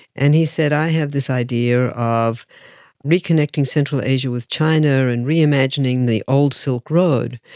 and he said, i have this idea of reconnecting central asia with china and reimagining the old silk road.